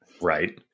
Right